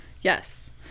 Yes